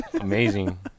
amazing